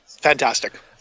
fantastic